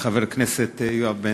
חבר הכנסת חיים ילין, הבעת דעה.